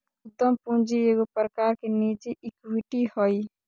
उद्यम पूंजी एगो प्रकार की निजी इक्विटी हइ